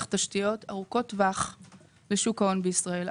תשתיות ארוכות טווח לשוק ההון בישראל.